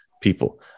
people